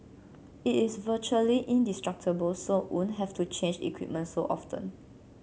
it is virtually indestructible so won't have to change equipment so often